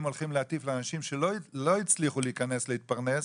הם הולכים להטיף לאנשים שלא הצליחו להיכנס להתפרס,